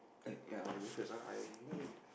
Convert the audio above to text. eh ya I wait first ah I you know